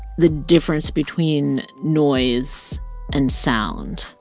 the difference between noise and sound,